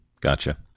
Gotcha